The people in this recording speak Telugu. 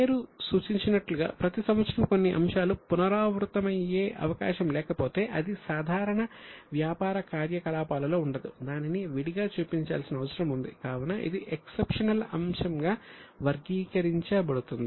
పేరు సూచించినట్లుగా ప్రతి సంవత్సరం కొన్ని అంశాలు పునరావృతమయ్యే అవకాశం లేకపోతే అది సాధారణ వ్యాపార కార్యకలాపాలలో ఉండదు దానిని విడిగా చూపించాల్సిన అవసరం ఉంది కావున ఇది ఎక్సెప్షనల్ అంశంగా వర్గీకరించబడుతుంది